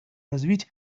развить